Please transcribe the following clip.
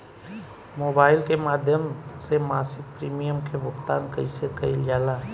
Mobile के माध्यम से मासिक प्रीमियम के भुगतान कैसे कइल जाला?